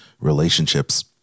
relationships